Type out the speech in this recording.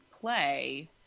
play